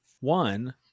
one